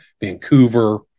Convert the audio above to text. Vancouver